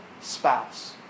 spouse